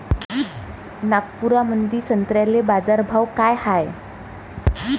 नागपुरामंदी संत्र्याले बाजारभाव काय हाय?